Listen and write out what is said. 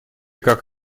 как